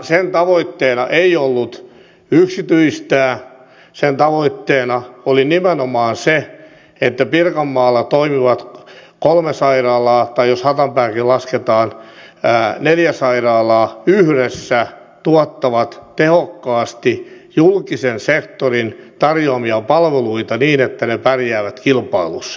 sen tavoitteena ei ollut yksityistää sen tavoitteena oli nimenomaan se että pirkanmaalla toimivat kolme sairaalaa tai jos hatanpääkin lasketaan neljä sairaalaa yhdessä tuottavat tehokkaasti julkisen sektorin tarjoamia palveluita niin että ne pärjäävät kilpailussa